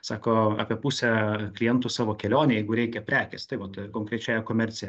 sako apie pusė klientų savo kelionei jeigu reikia prekės tai vat konkrečiai e komercija